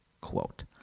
Quote